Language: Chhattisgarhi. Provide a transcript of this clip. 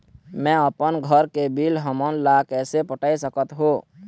मैं अपन घर के बिल हमन ला कैसे पटाए सकत हो?